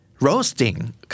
Roasting